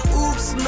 oops